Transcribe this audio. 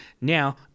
Now